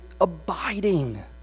abiding